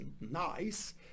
nice